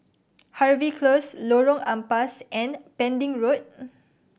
Harvey Close Lorong Ampas and Pending Road